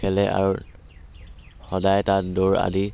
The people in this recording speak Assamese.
খেলে আৰু সদায় তাত দৌৰ আদি